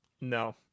No